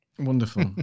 Wonderful